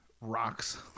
Rocks